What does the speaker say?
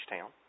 town